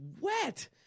wet